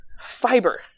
fiber